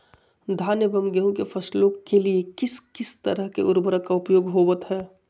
धान एवं गेहूं के फसलों के लिए किस किस तरह के उर्वरक का उपयोग होवत है?